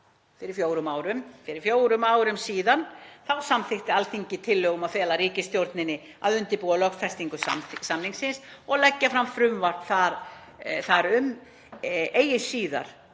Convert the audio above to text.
fyrir fjórum árum samþykkti Alþingi tillögu um að fela ríkisstjórninni að undirbúa lögfestingu samningsins — „og leggja fram frumvarp þar um eigi síðar